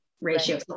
ratio